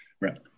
Right